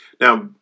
Now